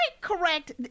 correct